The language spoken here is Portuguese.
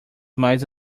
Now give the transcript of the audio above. mais